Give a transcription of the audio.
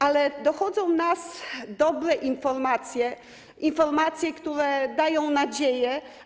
Ale dochodzą do nas dobre informacje - informacje, które dają nadzieję.